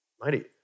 Mighty